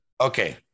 Okay